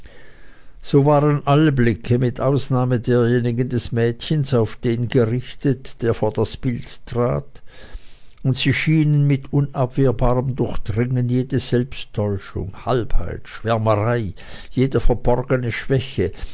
so waren alle blicke mit ausnahme derjenigen des mädchens auf den gerichtet der vor das bild trat und sie schienen mit unabwehrbarem durchdringen jede selbsttäuschung halbheit schwärmerei jede verborgene schwäche